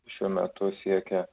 šiuo metu siekia